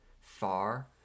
far